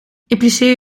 impliceer